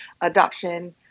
Adoption